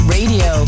Radio